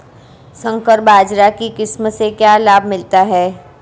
संकर बाजरा की किस्म से क्या लाभ मिलता है?